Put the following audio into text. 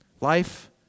Life